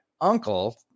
uncle